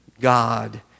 God